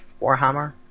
Warhammer